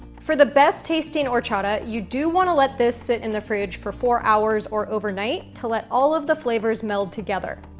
for the best-tasting horchata, you do wanna let this sit in the fridge for four hours or overnight to let all of the flavors meld together,